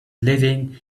leaving